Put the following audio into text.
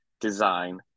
design